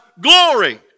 glory